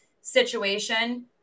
situation